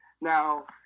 Now